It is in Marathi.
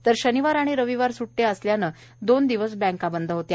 तर शनिवारी आणि रविवारी सुट्या असल्याने दोन दिवस बँका बंद होत्या